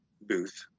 booth